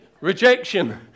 Rejection